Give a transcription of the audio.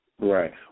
Right